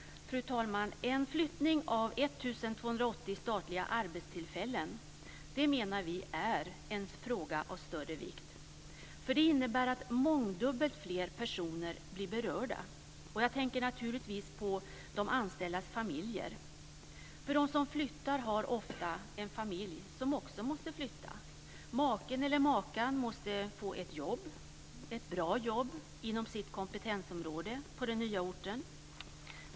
Fru talman! En flyttning av 1 280 statliga arbetstillfällen är en fråga av större vikt, menar vi. Det innebär att mångdubbelt fler personer blir berörda. Jag tänker naturligtvis på de anställdas familjer. De som flyttar har ofta en familj som också måste flytta. Maken eller makan måste få ett bra jobb inom sitt kompetensområde på den nya orten.